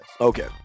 Okay